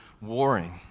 warring